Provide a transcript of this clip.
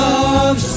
Love